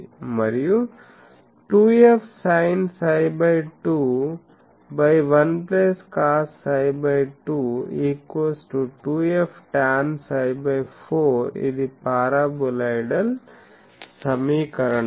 మరియు 2f sinѰ21 cosѰ2 2f tanѰ4 ఇది paraboloidal సమీకరణం